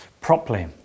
properly